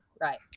Right